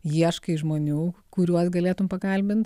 ieškai žmonių kuriuos galėtum pakalbint